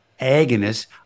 Agonists